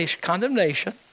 condemnation